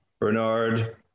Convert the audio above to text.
Bernard